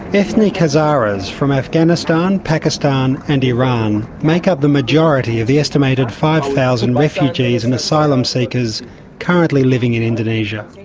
ethnic hazaras from afghanistan, pakistan and iran make up the majority of the estimated five thousand refugees and asylum seekers currently living in indonesia.